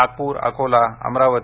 Nagpur Akola Amravati